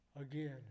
again